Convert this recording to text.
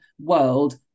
world